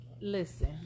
Listen